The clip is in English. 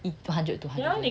two hundred two